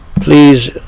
please